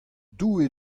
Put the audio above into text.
doue